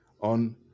on